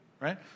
right